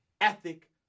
ethic